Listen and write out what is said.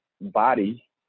body